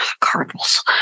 Cardinals